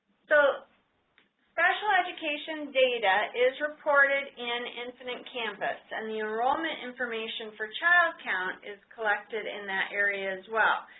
so special education data is reported in infinite campus and the enrollment information for child count is collected in that area as well.